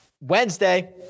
Wednesday